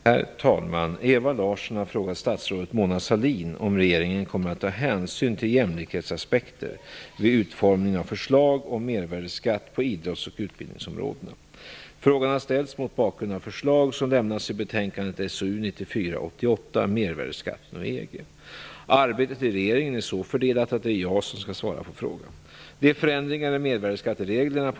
Herr talman! Ewa Larsson har frågat statsrådet Mona Sahlin om regeringen kommer att ta hänsyn till jämlikhetsaspekter vid utformningen av förslag om mervärdesskatt på idrotts och utbildningsområdena. Frågan har ställts mot bakgrund av förslag som lämnats i betänkandet SOU 1994:88 Mervärdesskatten och EG. Arbetet i regeringen är så fördelat att det är jag som skall svara på frågan.